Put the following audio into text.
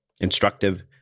instructive